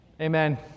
Amen